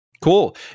Cool